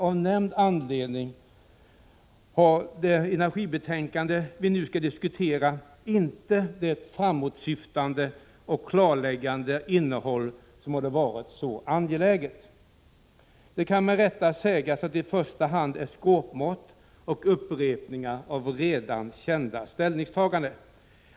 Av nämnd anledning har det energibetänkande som vi nu skall diskutera inte det framåtsyftande och klarläggande innehåll som hade varit så angeläget. Det kan med rätta sägas att det i första hand är skåpmat och upprepningar av redan kända ställningstaganden.